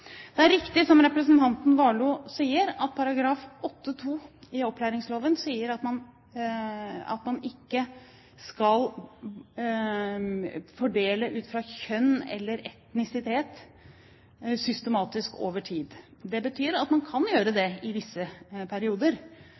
Det er riktig som representanten Warloe sier, at § 8-2 i opplæringsloven sier at man ikke skal fordele ut fra kjønn eller etnisitet systematisk over tid. Det betyr at man kan gjøre det i visse perioder,